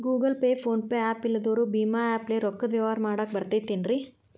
Google Pay, PhonePe app ಇಲ್ಲದವರು ಭೇಮಾ app ಲೇ ರೊಕ್ಕದ ವ್ಯವಹಾರ ಮಾಡಾಕ್ ಬರತೈತೇನ್ರೇ?